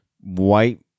white